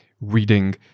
reading